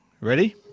Ready